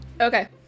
Okay